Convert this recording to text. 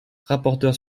rapporteur